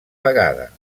vegada